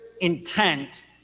intent